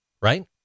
right